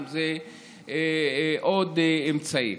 אם זה עוד אמצעים.